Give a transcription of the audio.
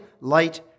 light